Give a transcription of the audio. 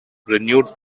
renewed